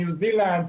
ניו זילנד,